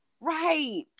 Right